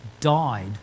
died